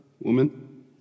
woman